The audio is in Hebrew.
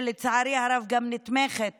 שלצערי הרב גם נתמכת